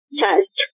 test